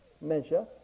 measure